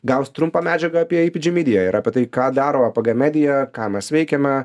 gaus trumpą medžiagą apie apg media ir apie tai ką daro apg media ką mes veikiame